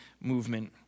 movement